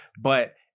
But-